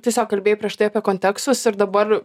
tiesiog kalbėjai prieš tai apie kontekstus ir dabar